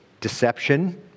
deception